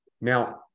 Now